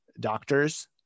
doctors